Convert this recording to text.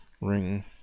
ring